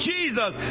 Jesus